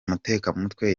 mutekamutwe